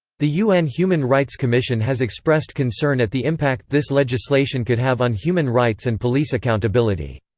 the un human rights commission has expressed concern at the impact this legislation could have on human rights and police accountability.